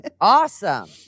Awesome